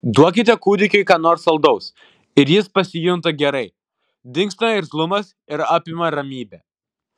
duokite kūdikiui ką nors saldaus ir jis pasijunta gerai dingsta irzlumas ir apima ramybė